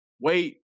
wait